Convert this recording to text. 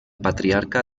patriarca